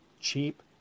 cheap